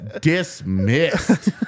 dismissed